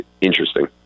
interesting